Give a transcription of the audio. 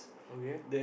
okay